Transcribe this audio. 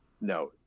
no